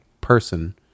person